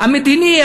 המדיני,